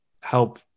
help